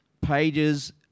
pages